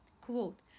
Quote